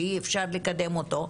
שאי אפשר לקדם אותו,